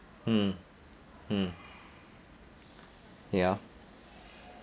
mm mm ya